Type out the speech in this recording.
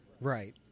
Right